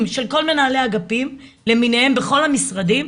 של כל מנהלי האגפים למיניהם בכל המשרדים,